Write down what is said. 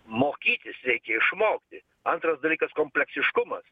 mokytis reikia išmokti antras dalykas kompleksiškumas